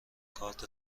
کارت